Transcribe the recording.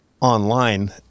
online